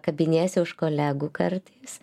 kabiniesi už kolegų kartais